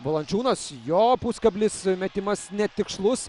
valančiūnas jo puskablis metimas netikslus